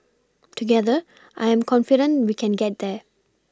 together I am confident we can get there